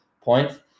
point